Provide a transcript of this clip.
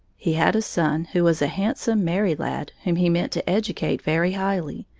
he had a son who was a handsome, merry lad, whom he meant to educate very highly,